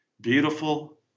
beautiful